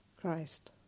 Christ